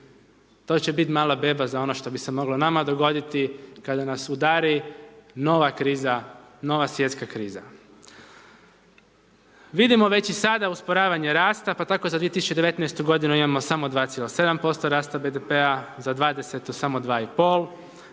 to će bit mala beba za ono što bi se moglo nama dogoditi, kada nas udari nova kriza, nova svjetska kriza. Vidimo već i sada usporavanja rasta, pa tako za 2019. godinu imamo samo 2,7% rasta BDP-a, za 20. samo 2,5